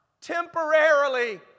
temporarily